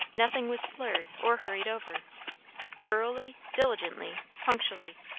nothing was slurred or hurried over thoroughly, diligently, punctually,